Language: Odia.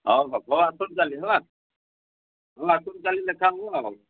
ହେଉ ହେଉ ହେଉ ଆସନ୍ତୁ କାଲି ହେଲା ହେଉ ଆସନ୍ତୁ କାଲି ଦେଖା ହେବା ଆଉ